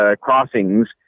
crossings